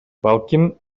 балким